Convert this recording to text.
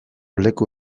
leku